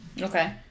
Okay